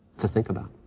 to think about.